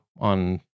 on